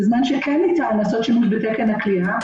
בזמן שכן ניתן לעשות שימוש בתקן הכליאה,